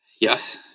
Yes